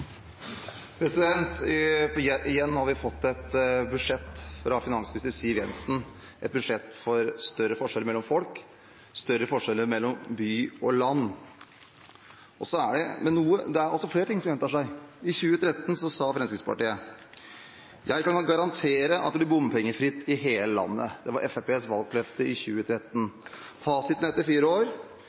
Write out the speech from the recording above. Igjen har vi fått et budsjett fra finansminister Siv Jensen – et budsjett for større forskjeller mellom folk, større forskjeller mellom by og land. Men det er også flere ting som gjentar seg. I 2013 sa Fremskrittspartiet at de kunne garantere at det ble bompengefritt i hele landet. Det var Fremskrittspartiets valgløfte i 2013. Fasiten etter fire år: